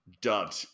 Dud